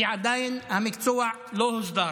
כי עדיין המקצוע לא הוסדר.